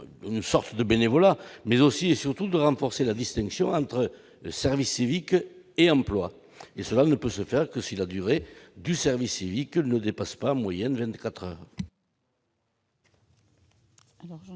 engagement bénévole. Il s'agit aussi et surtout de renforcer la distinction entre service civique et emploi. Cela ne peut se faire que si la durée du service civique ne dépasse pas, en moyenne, 24 heures